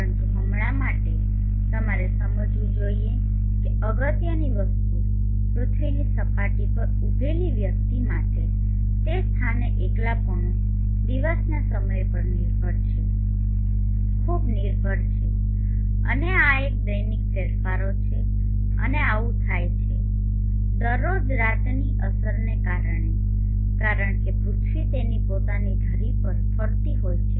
પરંતુ હમણાં માટે તમારે સમજવું જોઈએ કે અગત્યની વસ્તુ પૃથ્વીની સપાટી પર ઉભેલી વ્યક્તિ માટે તે સ્થાને એકલાપણું દિવસના સમય પર નિર્ભર છે ખૂબ નિર્ભર છે અને આ દૈનિક ફેરફારો છે અને આવું થાય છે દરરોજ રાતની અસરને કારણે કારણ કે પૃથ્વી તેની પોતાની ધરી પર ફરતી હોય છે